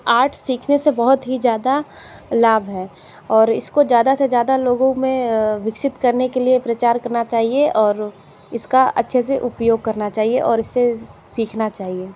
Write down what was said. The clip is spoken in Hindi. आर्ट सीखने से बहुत ही ज़्यादा लाभ है और इसको ज़्यादा से ज़्यादा लोगों में विकसित करने के लिए प्रचार करना चाहिए और इसका अच्छे से उपयोग करना चाहिए और इससे सीखना चाहिए